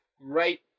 right